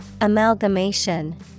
Amalgamation